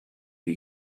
you